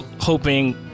hoping